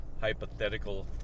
hypothetical